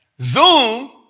Zoom